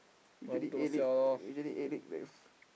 usually ate it usually ate it there's